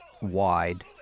wide